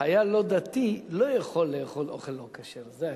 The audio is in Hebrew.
חייל דתי לא יכול לאכול אוכל לא כשר, זה ההבדל.